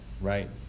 right